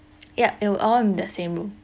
yup it'll on the same room